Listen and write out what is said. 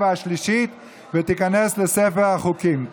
94 בעד, עשרה נגד.